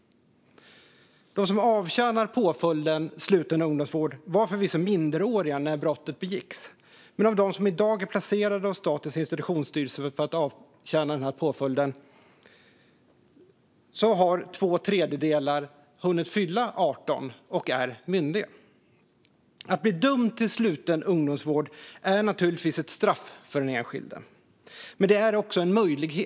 De som avtjänar påföljden sluten ungdomsvård var förvisso minderåriga när brottet begicks, men bland dem som i dag är placerade av Statens institutionsstyrelse för att avtjäna denna påföljd har två tredjedelar hunnit fylla 18 och är myndiga. Att bli dömd till sluten ungdomsvård är naturligtvis ett straff för den enskilde. Men det är också en möjlighet.